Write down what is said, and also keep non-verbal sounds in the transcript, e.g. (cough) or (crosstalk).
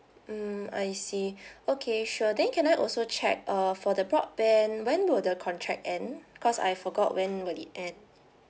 hmm I see (breath) okay sure then can I also check uh for the broadband when will the contract end cause I forgot when will it end